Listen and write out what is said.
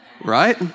right